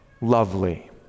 lovely